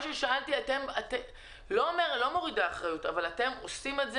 אני לא מורידה אחריות, אבל האם אתם עושים את זה?